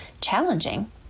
challenging